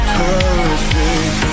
perfect